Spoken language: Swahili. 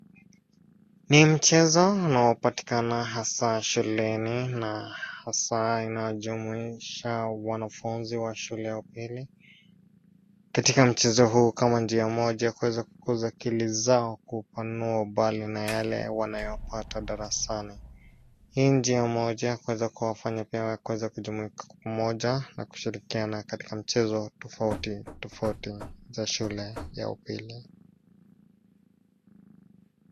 Ni mchezo unaopatikana hasa shuleni hasa inajumuisha wanafunzi wa shule ya upili. Katika mchezo huu kama njia moja ya kuweza kukuza akili zao kupanua mbali na yale wanayopata darasani. Hii njia moja ya kuweza kujumuika pamoja na kushirkiana katika mchezo tofauti tofauti za shule ya upili.